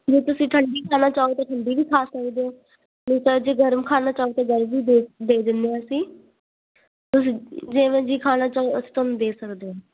ਜੇ ਤੁਸੀਂ ਠੰਡੀ ਵਾਲਾ ਚਾਹੋ ਤਾਂ ਠੰਡੀ ਵੀ ਖਾ ਸਕਦੇ ਓ ਨਹੀਂ ਤਾਂ ਜੇ ਗਰਮ ਵੀ ਖਾਣਾ ਚਾਹੋ ਤਾਂ ਗਰਮ ਵੀ ਦੇ ਦਿੰਨੇ ਆ ਅਸੀਂ ਤੁਸੀਂ ਜਿਵੇ ਜੀ ਖਾਣਾ ਚਾਹੋ ਅਸੀਂ ਤੁਹਾਨੂੰ ਦੇ ਸਕਦੇ ਆ